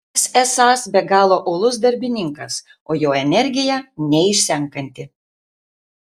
jis esąs be galo uolus darbininkas o jo energija neišsenkanti